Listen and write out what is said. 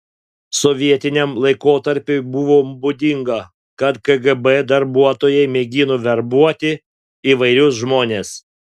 sovietiniam laikotarpiui buvo būdinga kad kgb darbuotojai mėgino verbuoti įvairius žmones